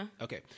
Okay